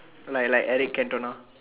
like like Eric Cantone